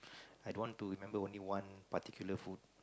I don't want to remember only one